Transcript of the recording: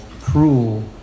cruel